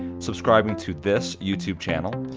subscribing to this youtube channel,